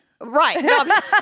Right